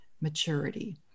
maturity